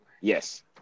Yes